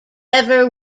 ever